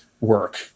work